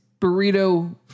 burrito